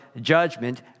judgment